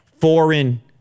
foreign